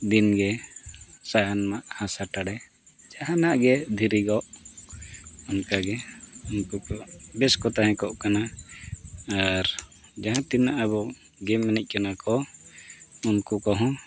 ᱫᱤᱱ ᱜᱮ ᱥᱟᱦᱟᱱ ᱢᱟᱜ ᱦᱟᱥᱟ ᱴᱟᱰᱮ ᱡᱟᱦᱟᱱᱟᱜ ᱜᱮ ᱫᱷᱤᱨᱤᱜᱚᱜ ᱚᱱᱠᱟᱜᱮ ᱩᱱᱠᱩ ᱠᱚ ᱵᱮᱥ ᱠᱚ ᱛᱟᱦᱮᱸ ᱠᱚᱜ ᱠᱟᱱᱟ ᱟᱨ ᱡᱟᱦᱟᱸ ᱛᱤᱱᱟᱹᱜ ᱟᱵᱚ ᱜᱮᱢ ᱮᱱᱮᱡ ᱠᱟᱱᱟ ᱠᱚ ᱩᱱᱠᱩ ᱠᱚᱦᱚᱸ